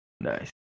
Nice